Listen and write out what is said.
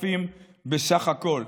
בסך הכול.